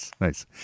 Nice